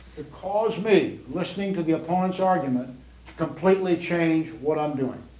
to cause me listening to the opponent's argument completely change what i'm doing.